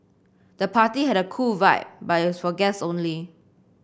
the party had a cool vibe but was for guest only